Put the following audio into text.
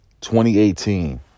2018